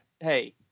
hey